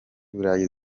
burayi